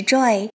Joy